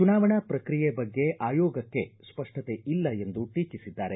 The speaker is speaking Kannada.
ಚುನಾವಣಾ ಪ್ರಕಿಯೆ ಬಗ್ಗೆ ಆಯೋಗಕ್ಕೇ ಸ್ಪಷ್ಟತೆ ಇಲ್ಲ ಎಂದು ಟೀಕಿಸಿದ್ದಾರೆ